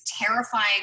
terrifying